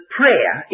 prayer